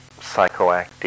psychoactive